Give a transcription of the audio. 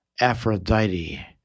Aphrodite